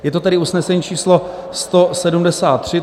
Je to tedy usnesení číslo 173.